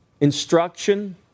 Instruction